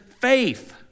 faith